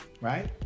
right